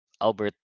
Albert